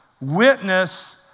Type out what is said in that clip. witness